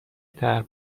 طرح